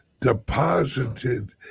deposited